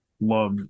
Love